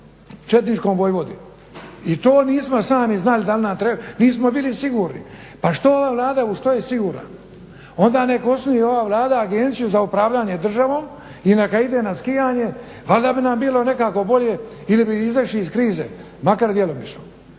četničkom vojvodi i to nismo sami znali da li nam treba, nismo bili sigurni. Pa što ova Vlada, u što je sigurna? Onda nek osnuje ova Vlada agenciju za upravljanje državom i neka ide na skijanje, valjda bi nam bilo nekako bolje ili bi izašli iz krize, makar djelomično.